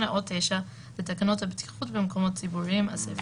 או 9 לתקנות הבטיחות במקומות ציבוריים (אסיפות),